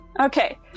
Okay